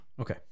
Okay